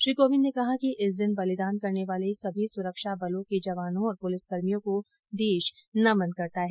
श्री कोविंद ने कहा कि इस दिन बलिदान करने वाले सभी सुरक्षा बलों के जवानों और पुलिस कर्मियों को देश नमन करता है